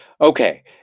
Okay